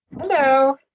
Hello